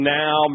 now